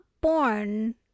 born